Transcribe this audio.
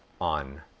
on